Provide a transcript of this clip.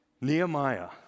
Nehemiah